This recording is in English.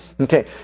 Okay